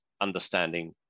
understanding